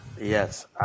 Yes